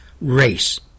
race